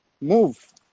move